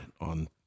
on